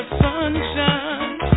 sunshine